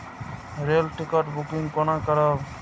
Rail ticket booking कोना करब?